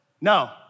No